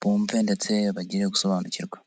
bumve ndetse bagire gusobanukirwa.